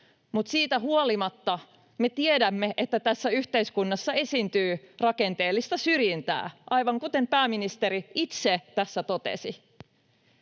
siitä huolimatta me tiedämme, että tässä yhteiskunnassa esiintyy rakenteellista syrjintää, aivan kuten pääministeri itse tässä totesi.